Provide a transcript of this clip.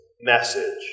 Message